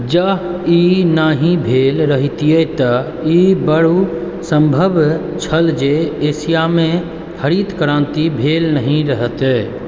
जँ ई नहि भेल रहितए तँ ई बड्ड सम्भव छल जे एशियामे हरित क्रान्ति भेले नहि रहितए